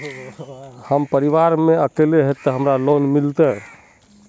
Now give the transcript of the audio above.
हम परिवार में हम अकेले है ते हमरा लोन मिलते?